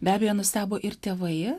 be abejo nustebo ir tėvai